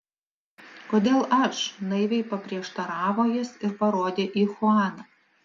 kodėl aš naiviai paprieštaravo jis ir parodė į chuaną